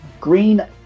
green